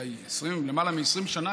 למעלה מ-20 שנה,